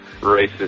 racist